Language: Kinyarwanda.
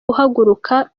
uhaguruka